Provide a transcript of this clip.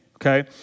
Okay